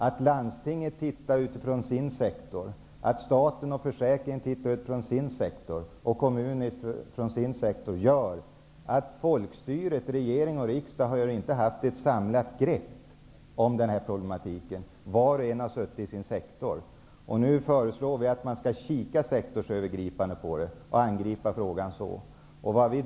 Att landstinget ser till sin sektor, staten och försäkringskassan ser till sin sektor och kommunen ser till sin sektor gör att folkstyret -- regering och riksdag -- inte haft ett samlat grepp om denna problematik. Var och en har suttit i sin sektor. Nu föreslår vi att man skall se sektorsövergripande och på det sättet angripa problemen.